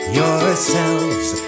yourselves